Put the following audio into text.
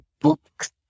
books